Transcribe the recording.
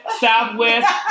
southwest